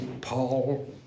Paul